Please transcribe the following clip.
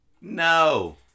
No